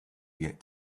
get